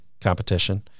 competition